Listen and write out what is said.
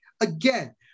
again